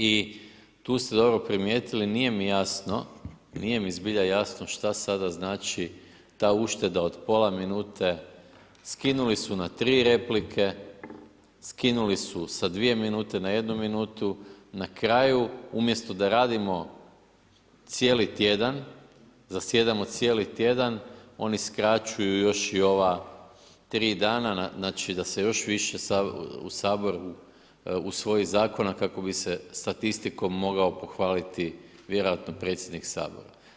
I tu ste dobro primijetili, nije mi jasno, nije mi zbilja jasno šta sada znači ta ušteda od pola minute, skinuli su na tri replike, skinuli su sa dvije minute na jednu minutu, na kraju umjesto da radimo cijeli tjedan, zasjedamo cijeli tjedan, oni skraćuju još i ova tri dana, znači da se još više u Saboru usvoji zakona kako bi se statistikom mogao pohvaliti vjerojatno predsjednik Sabora.